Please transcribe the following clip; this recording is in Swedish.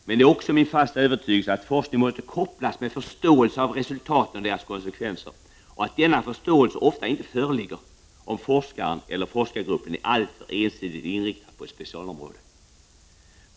Men det är också min fasta övertygelse att forskning måste kopplas med förståelse av resultaten och deras konsekvenser, och att denna förståelse ofta inte föreligger om forskaren eller forskargruppen är alltför ensidigt inriktad på ett specialområde.